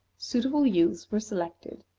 suitable youths were selected.